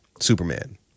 Superman